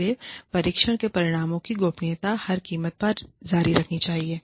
इसलिए परीक्षण के परिणामों की गोपनीयता हर कीमत पर जारी रखी जानी चाहिए